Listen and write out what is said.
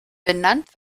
benannt